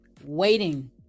waiting